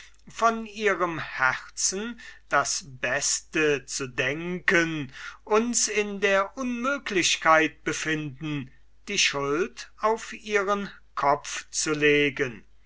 von ihrem herzen das beste zu denken uns in der unmöglichkeit befinden die schuld auf ihren kopf zu legen